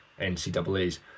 ncaa's